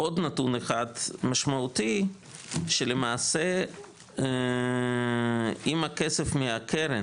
עוד נתון אחד משמעותי שלמעשה, אם הכסף מהקרן